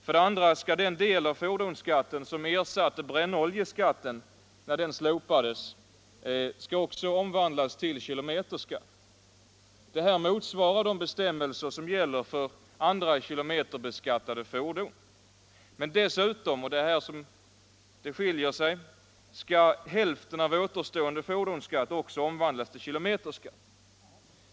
För det andra skall den del av fordonsskatten som ersatte brännoljeskatten, när den slopades, också omvandlas till kilometerskatt. Detta motsvarar de bestämmelser som gäller för andra kilometerbeskattade fordon. Men dessutom — och det är här som det finns en skillnad — skall hälften av återstående for 53 donsskatt också omvandlas till kilometerskatt.